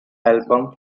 album